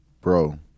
bro